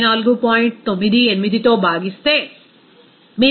98తో భాగిస్తే మీరు ఈ 1